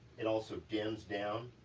it also dims down,